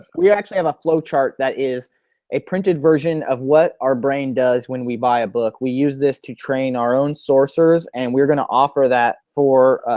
actually have a flowchart that is a printed version of what our brain does when we buy a book. we use this to train our own sourcers and we're going to offer that for.